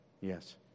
Yes